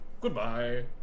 Goodbye